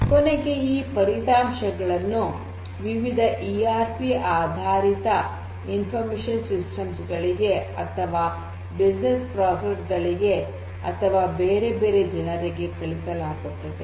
ಕೊನೆಗೆ ಈ ಫಲಿತಾಂಶಗಳನ್ನು ವಿವಿಧ ಇ ಆರ್ ಪಿ ಆಧಾರಿತ ಇನ್ಫರ್ಮೇಷನ್ ಸಿಸ್ಟಮ್ ಗಳಿಗೆ ಅಥವಾ ಬಿಸಿನೆಸ್ ಪ್ರೋಸೆಸ್ ಗಳಿಗೆ ಅಥವಾ ಬೇರೆ ಬೇರೆ ಜನರಿಗೆ ಕಳುಹಿಸಲಾಗುತ್ತದೆ